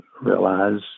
realize